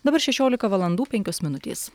dabar šešiolika valandų penkios minutės